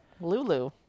Lulu